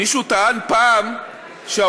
בכלא "נפחא" מישהו טען פעם שהעובדה